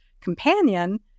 companion